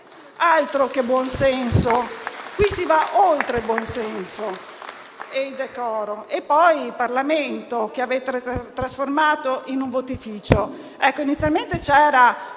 Altro che buon senso! Qui si va oltre il buon senso e il decoro! E poi il Parlamento, che avete trasformato in un votificio.